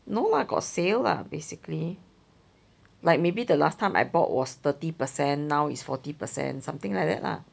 no lah got sale lah basically like maybe the last time I bought was thirty percent now it's fourty percent something like that lah